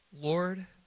lord